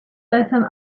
lessons